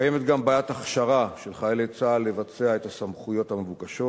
קיימת גם בעיית הכשרה של חיילי צה"ל לבצע את הסמכויות המבוקשות.